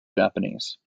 japanese